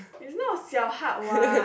it's not 小 hard what